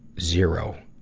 zero.